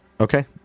Okay